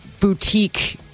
boutique